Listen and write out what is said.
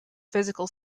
physical